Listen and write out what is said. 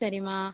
சரிம்மா